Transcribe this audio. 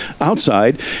outside